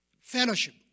Fellowship